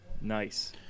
Nice